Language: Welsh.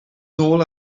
nôl